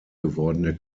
gewordene